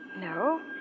No